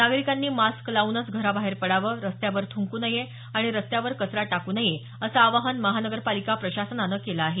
नागरिकांनी मास्क लावूनच घराबाहेर पडावं रस्त्यावर थुंकू नये आणि रस्त्यावर कचरा टाकू नयं असं आवाहन महापालिका प्रशासनानं केलं आहे